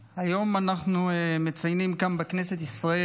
היום אנחנו מציינים כאן, בכנסת ישראל,